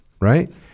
right